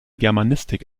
germanistik